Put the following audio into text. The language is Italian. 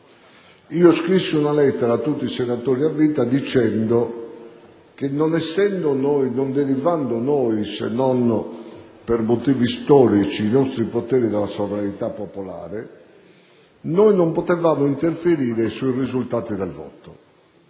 scrissi una lettera a tutti i senatori a vita dicendo che non derivando noi, se non per motivi storici, i nostri poteri dalla sovranità popolare, non potevamo interferire sui risultati del voto.